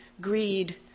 greed